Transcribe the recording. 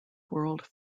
world